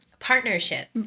Partnership